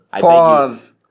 Pause